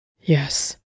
Yes